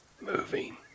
moving